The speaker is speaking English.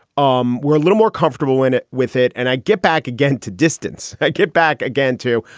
um we're a little more comfortable in it with it. and i get back again to distance. i get back again, too.